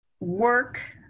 work